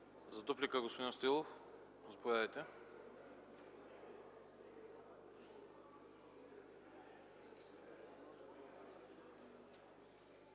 За дуплика – господин Стоилов. Заповядайте.